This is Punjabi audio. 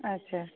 ਅੱਛਾ